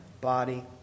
body